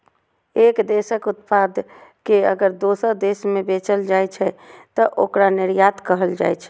एक देशक उत्पाद कें अगर दोसर देश मे बेचल जाइ छै, तं ओकरा निर्यात कहल जाइ छै